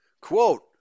quote